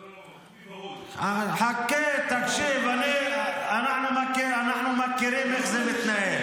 לא --- חכה, תקשיב, אנחנו מכירים איך זה מתנהל.